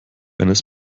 eines